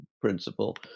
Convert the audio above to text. principle